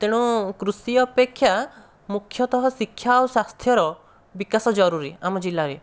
ତେଣୁ କୃଷି ଅପେକ୍ଷା ମୁଖ୍ୟତଃ ଶିକ୍ଷା ଓ ସ୍ୱାସ୍ଥ୍ୟର ବିକାଶ ଜରୁରୀ ଆମ ଜିଲ୍ଲାରେ